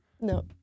No